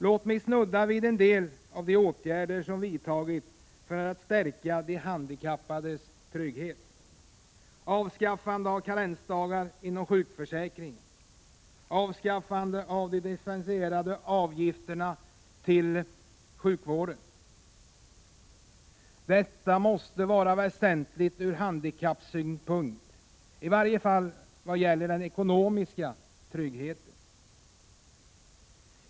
Låt mig snudda vid en del av de åtgärder som vidtagits för att stärka de handikappades trygghet: Detta måste vara väsentligt ur handikappsynpunkt, i varje fall vad gäller den ekonomiska tryggheten.